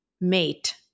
mate